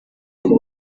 kuba